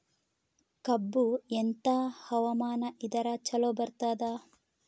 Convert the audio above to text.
ಕಬ್ಬು ಎಂಥಾ ಹವಾಮಾನ ಇದರ ಚಲೋ ಬರತ್ತಾದ?